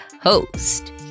host